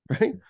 right